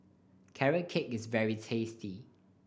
Carrot Cake is very tasty